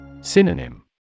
Synonym